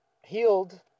healed